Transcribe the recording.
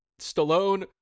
stallone